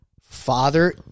father